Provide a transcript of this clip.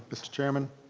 mr. chairman.